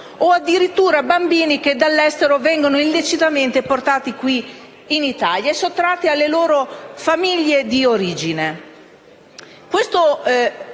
o addirittura di bambini che dall'estero vengono portati illecitamente qui in Italia e sottratti alle loro famiglie di origine.